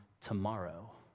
tomorrow